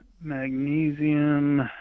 magnesium